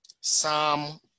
Psalm